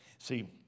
See